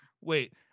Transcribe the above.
wait